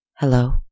Hello